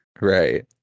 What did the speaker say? Right